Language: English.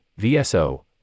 VSO